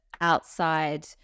outside